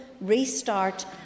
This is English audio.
restart